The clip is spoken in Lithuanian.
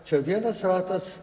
čia vienas ratas